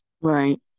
right